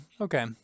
Okay